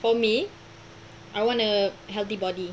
for me I want a healthy body